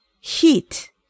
heat